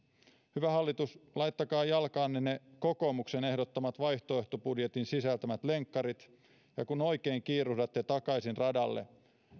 hyvä hallitus laittakaa jalkaanne ne kokoomuksen ehdottamat vaihtoehtobudjetin sisältämät lenkkarit ja kun oikein kiiruhdatte takaisin radalle